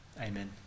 Amen